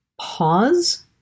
pause